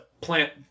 plant